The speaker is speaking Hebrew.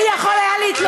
מי יכול היה להתלונן?